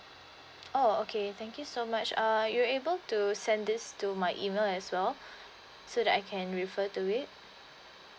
oh okay thank you so much uh you are able to send this to my email as well so that I can refer to it